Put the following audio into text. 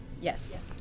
Yes